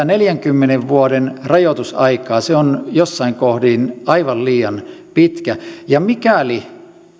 neljänkymmenen vuoden rajoitusaika on jossain kohdin aivan liian pitkä mikäli